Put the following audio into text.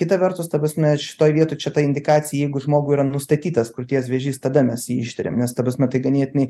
kita vertus ta prasme šitoj vietoj čia ta indikacija jeigu žmogui yra nustatytas krūties vėžys tada mes jį ištiriam nes ta prasme tai ganėtinai